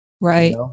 right